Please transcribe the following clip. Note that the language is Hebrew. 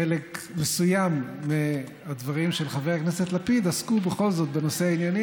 חלק מסוים מהדברים של חבר הכנסת לפיד עסקו בכל זאת בנושא הענייני,